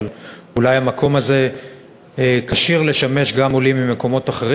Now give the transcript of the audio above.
אבל אולי המקום הזה כשיר לשמש גם עולים ממקומות אחרים.